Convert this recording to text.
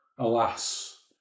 Alas